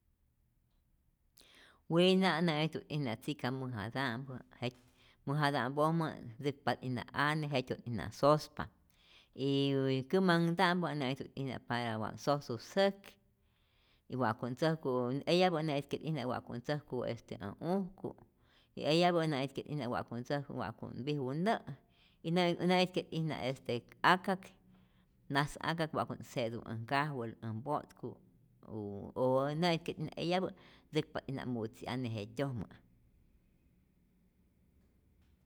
Wina nä'ijtu't'ijna tzika mäjata'mpä, jety mäjata'mpojmä tzäkpa't'ijna ane, jetyot'ijna sospa y kämanhta'mpä nä'ijtu't'ijna para wa't sosu säj y wa'ku't ntzäjku eyapä nä'itke't'ijna wa'ku't ntzäjku este äj ujku y eyapä nä'ijtu't'ijna wa'ku't ntzäjku wa'ku't mpiju nä' y näi näijke't'ijna akak najs akak wa'ku't se'tu äj nkajuel, äj mpo'tku u o nä'itke't'ijna eyapä ntzäjpa't'ijna mutzi'ane jetyojmä.